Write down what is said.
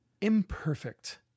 imperfect